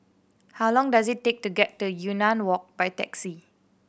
how long does it take to get to Yunnan Walk by taxi